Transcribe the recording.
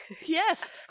Yes